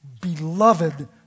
beloved